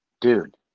dude